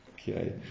Okay